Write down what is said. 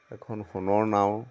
এখন সোণৰ নাও